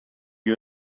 you